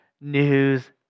news